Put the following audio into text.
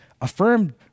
affirmed